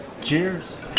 Cheers